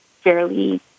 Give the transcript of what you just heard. fairly